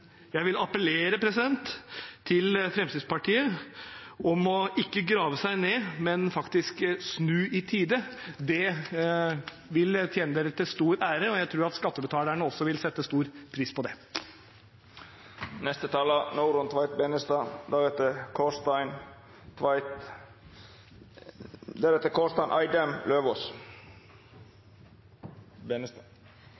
Jeg vil appellere til Fremskrittspartiet om ikke å grave seg ned, men faktisk snu i tide. Det vil tjene dem til stor ære, og jeg tror at skattebetalerne også vil sette stor pris på det.